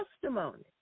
testimony